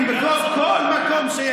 גם בסח'נין, בכל מקום.